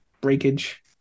breakage